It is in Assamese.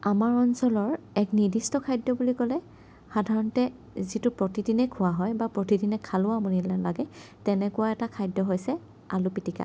আমাৰ অঞ্চলৰ এক নিৰ্দিষ্ট খাদ্য বুলি ক'লে সাধাৰণতে যিটো প্ৰতিদিনে খোৱা হয় বা প্ৰতিদিনে খালেও আমনি নালাগে তেনেকুৱা এটা খাদ্য হৈছে আলু পিটিকা